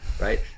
Right